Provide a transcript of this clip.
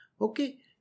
Okay